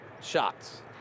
shots